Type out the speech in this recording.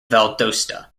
valdosta